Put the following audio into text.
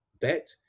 Bet